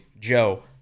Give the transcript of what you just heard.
joe